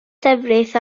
llefrith